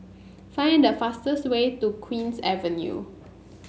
find the fastest way to Queen's Avenue